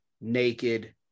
naked